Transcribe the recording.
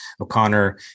O'Connor